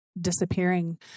disappearing